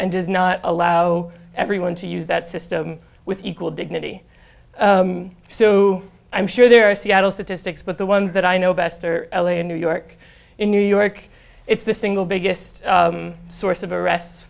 and does not allow everyone to use that system with equal dignity so i'm sure there are seattle statistics but the ones that i know best are l a and new york in new york it's the single biggest source of arrests